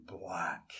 black